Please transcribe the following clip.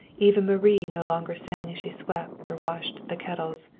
even marie no longer sang as she swept or washed the kettles,